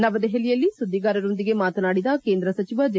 ನವದೆಹಲಿಯಲ್ಲಿ ಸುದ್ವಿಗಾರರೊಂದಿಗೆ ಮಾತನಾಡಿದ ಕೇಂದ್ರ ಸಚಿವ ಜೆ